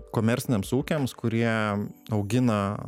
komerciniams ūkiams kurie augina